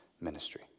ministry